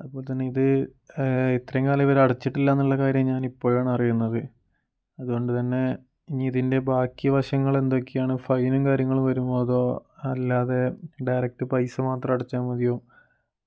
അതുപോലെതന്നെ ഇത് ഇത്രയും കാലം ഇവർ അടച്ചിട്ടില്ല എന്നുള്ള കാര്യം ഞാനിപ്പോഴാണ് അറിയുന്നത് അതുകൊണ്ടുതന്നെ ഇനിയിതിൻ്റെ ബാക്കി വശങ്ങളെന്തൊക്കെയാണ് ഫൈനും കാര്യങ്ങളും വരുമോ അതോ അല്ലാതെ ഡയറക്റ്റ് പൈസ മാത്രം അടച്ചാൽ മതിയോ